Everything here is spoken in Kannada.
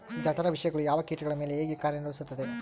ಜಠರ ವಿಷಯಗಳು ಯಾವ ಕೇಟಗಳ ಮೇಲೆ ಹೇಗೆ ಕಾರ್ಯ ನಿರ್ವಹಿಸುತ್ತದೆ?